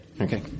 Okay